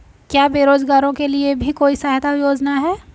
क्या बेरोजगारों के लिए भी कोई सहायता योजना है?